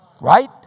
right